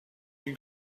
die